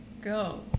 go